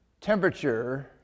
temperature